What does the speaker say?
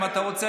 אם אתה רוצה,